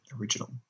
original